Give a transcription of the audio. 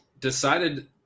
decided